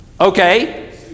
Okay